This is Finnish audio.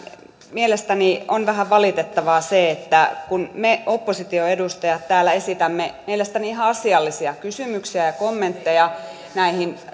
mielestäni on vähän valitettavaa se että kun me opposition edustajat täällä esitämme mielestäni ihan asiallisia kysymyksiä ja kommentteja näihin